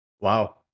Wow